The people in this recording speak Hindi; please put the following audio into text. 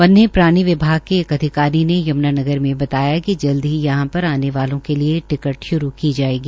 व्नय प्रणाली विभाग के एक अधिकारी ने यमुनानगर मे बताया कि जल्द ही यहां पर आने वालों के लिए टिकट श्रू की जायेगी